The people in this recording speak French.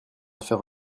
faire